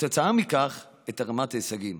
וכתוצאה מכך מורידה את רמת ההישגים.